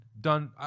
done –